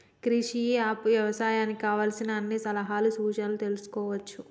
Krish e app లో వ్యవసాయానికి కావలసిన అన్ని సలహాలు సూచనలు తెల్సుకోవచ్చు